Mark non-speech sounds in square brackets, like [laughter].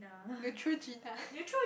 Neutrogena [laughs]